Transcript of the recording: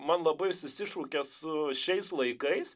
man labai susišaukė su šiais laikais